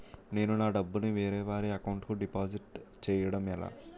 నేను నా డబ్బు ని వేరే వారి అకౌంట్ కు డిపాజిట్చే యడం ఎలా?